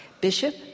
Bishop